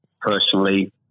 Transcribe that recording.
personally